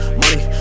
money